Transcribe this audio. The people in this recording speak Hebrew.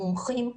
מומחים,